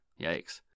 Yikes